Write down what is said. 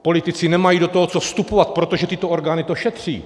Politici nemají do toho co vstupovat, protože tyto orgány to šetří.